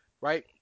right